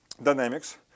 dynamics